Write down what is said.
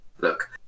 look